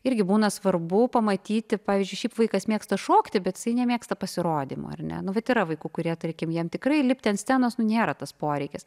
irgi būna svarbu pamatyti pavyzdžiui šiaip vaikas mėgsta šokti bet nemėgsta pasirodymų ar ne nu vat yra vaikų kurie tarkim jam tikrai lipti ant scenos nu nėra tas poreikis